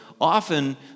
often